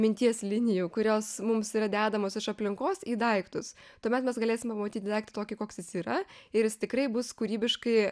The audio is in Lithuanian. minties linijų kurios mums yra dedamos iš aplinkos į daiktus tuomet mes galėsime pamatyti daiktą tokį koks jis yra ir jis tikrai bus kūrybiškai